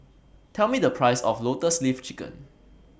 Tell Me The Price of Lotus Leaf Chicken